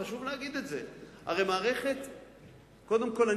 קודם כול,